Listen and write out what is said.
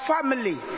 family